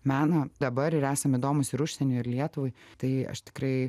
meną dabar ir esam įdomūs ir užsieniui ir lietuvai tai aš tikrai